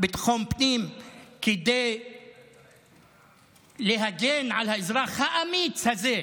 ביטחון הפנים כדי להגן על האזרח האמיץ הזה,